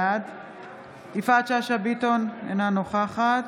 בעד יפעת שאשא ביטון, אינה נוכחת